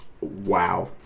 Wow